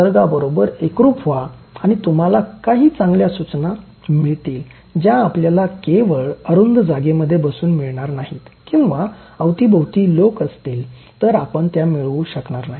निसर्गाबरोबर एकरूप व्हा आणि तुम्हाला काही चांगल्या सूचना मिळतील ज्या आपल्याला केवळ अरुंद जागेमध्ये बसून मिळणार नाहीत किंवा अवतीभोवती लोक असले तर आपण त्या मिळवू शकणार नाही